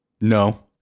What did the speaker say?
No